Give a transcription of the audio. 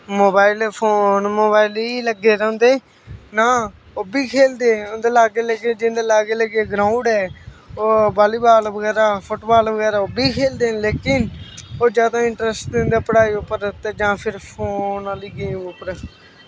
mobile phone मोबाईले गै लग्गे दे रौंह्दे ना ओह्बी खेलदे उंदे लाग्गै लाग्गै जिंदा लाग्गै ग्राऊंड़ ऐ ओह् बॉल्ली बॉल बगैरा फुट्ट बॉल बगैरा ओह्बी खेलदे न लेकिन ओह् जादा इंट्रस्ट दिंदे पढ़ाई पर ते जां फिर फोन आह्ली गेम उप्पर